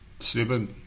Stupid